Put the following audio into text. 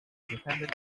defended